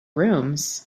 rooms